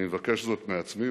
אני מבקש זאת מעצמי.